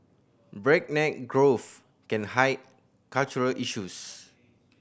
breakneck growth can hide cultural issues